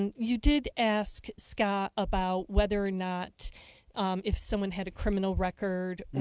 and you did ask so like ah about whether or not if someone had a criminal record.